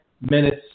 minutes